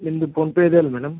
ನಿಮ್ದು ಫೋನ್ಪೇ ಅದಲೆ ಮೇಡಮ್